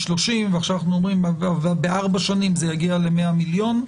30 ובארבע שנים זה יגיע ל-100 מיליון.